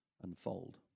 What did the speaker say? unfold